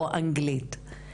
או אנגלית,